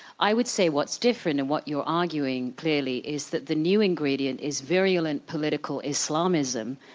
i would say what's different and what you're arguing clearly is that the new ingredient is virulent political islamism,